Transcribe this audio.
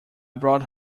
brought